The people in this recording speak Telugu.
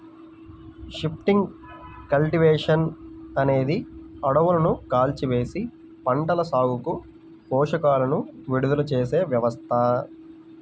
షిఫ్టింగ్ కల్టివేషన్ అనేది అడవులను కాల్చివేసి, పంటల సాగుకు పోషకాలను విడుదల చేసే వ్యవస్థ